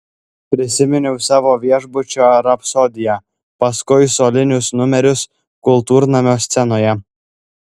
prisiminiau savo viešbučio rapsodiją paskui solinius numerius kultūrnamio scenoje